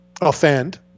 offend